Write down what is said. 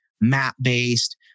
map-based